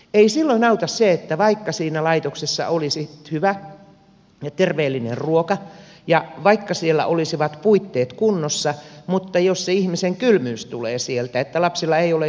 ei silloin auta se vaikka siinä laitoksessa olisi hyvä ja terveellinen ruoka ja vaikka siellä olisivat puitteet kunnossa jos se ihmisen kylmyys tulee sieltä ja lapsilla ei ole hyvä olla